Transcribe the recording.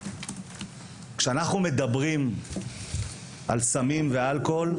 כשאנחנו מדברים על סמים ואלכוהול,